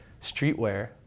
streetwear